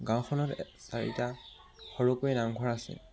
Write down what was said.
গাঁওখনত চাৰিটা সৰুকৈ নামঘৰ আছে